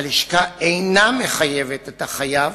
הלשכה אינה מחייבת את החייב